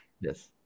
Yes